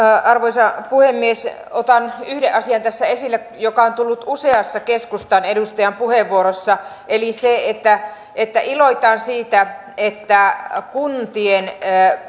arvoisa puhemies otan yhden asian tässä esille joka on tullut useassa keskustan edustajan puheenvuorossa eli sen että iloitaan siitä että kuntien